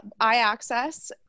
iAccess